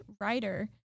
writer